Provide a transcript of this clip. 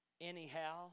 Anyhow